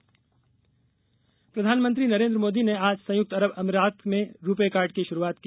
PM दौरा प्रधानमंत्री नरेन्द्र मोदी ने आज संयुक्त अरब अमीरात में रुपे कार्ड की शुरूआत की